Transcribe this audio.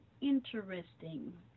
interesting